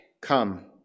Come